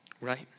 Right